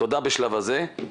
תודה בשלב הזה.